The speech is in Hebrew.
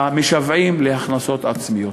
המשוועים להכנסות עצמיות.